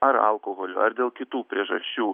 ar alkoholiu ar dėl kitų priežasčių